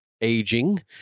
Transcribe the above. aging